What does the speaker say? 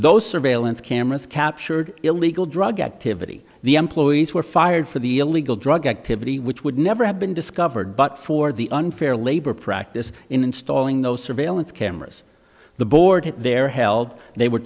those surveillance cameras captured illegal drug activity the employees were fired for the illegal drug activity which would never have been discovered but for the unfair labor practice in installing those surveillance cameras the board they're held they were